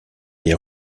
des